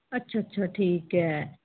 ਅੱਛਾ ਅੱਛਾ ਠੀਕ ਹੈ